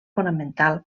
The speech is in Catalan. fonamental